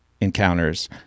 encounters